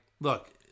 look